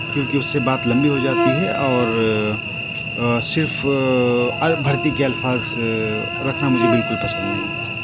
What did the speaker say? کیونکہ اُس سے بات لمبی ہو جاتی ہے اور صرف بھرتی کے الفاظ رکھنا مجھے بالکل پسند نہیں